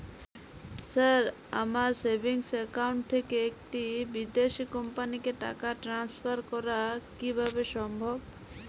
Sir আমার savings account থেকে একটি বিদেশি কোম্পানিকে টাকা ট্রান্সফার করা কীভাবে সম্ভব?